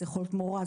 זו יכולה להיות מורה,